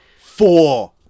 four